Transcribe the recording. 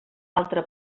altre